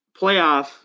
playoff